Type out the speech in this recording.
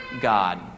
God